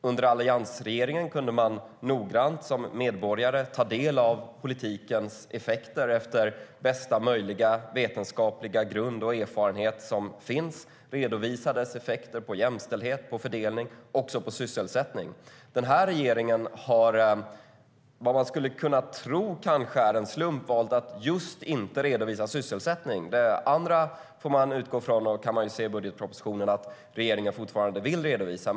Under alliansregeringen hade medborgarna möjlighet att noggrant ta del av politikens effekter. I enlighet med bästa möjliga vetenskapliga grund och erfarenhet redovisade man dess effekter på jämställdhet, fördelning och sysselsättning. Den här regeringen har valt att inte redovisa just sysselsättningen. Man skulle kanske kunna tro att det är en slump. Det andra får man utgå från att regeringen fortfarande vill redovisa, och man kan se det i budgetpropositionen.